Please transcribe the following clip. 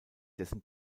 dessen